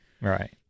Right